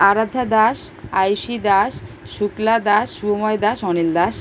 Aradhya Das Ayushi Das Shukla Das Shubhamoy Das Anil Das